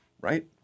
Right